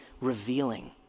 revealing